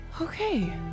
Okay